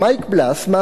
ב"מעריב" של היום,